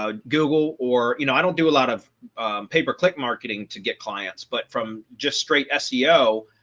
ah google, or you know, i don't do a lot of pay per click marketing to get clients, but from just straight seo,